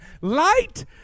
Light